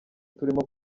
turimo